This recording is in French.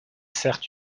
certes